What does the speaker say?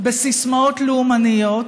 בסיסמאות לאומניות.